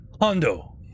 Hondo